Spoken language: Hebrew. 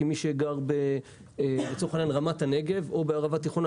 מי שגר ברמת הנגב או בערבה תיכונה,